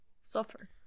Suffer